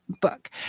book